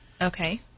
Okay